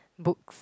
books